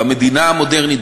במדינה המודרנית,